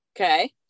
Okay